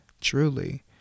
Truly